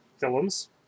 films